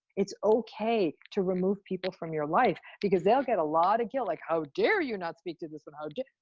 it's okay to remove people from your life. because they'll get a lot of guilt, like how dare you not speak to this, and how dare.